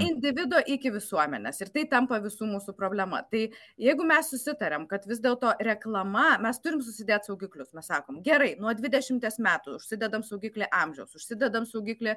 individo iki visuomenės ir tai tampa visų mūsų problema tai jeigu mes susitariam kad vis dėlto reklama mes turim susidėt saugiklius mes sakom gerai nuo dvidešimties metų užsidedam saugiklį amžiaus užsidedam saugiklį